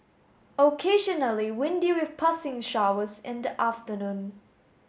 occasionally windy with passing showers in the afternoon